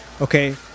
okay